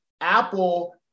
Apple